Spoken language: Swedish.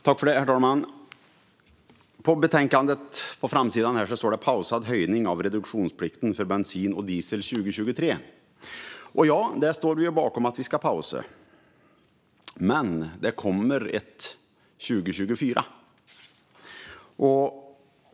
Herr talman! På framsidan av betänkandet står det Pausad höjning av reduktionsplikten för bensin och diesel 2023 . Och ja, vi står bakom att detta ska pausas - men det kommer ett 2024.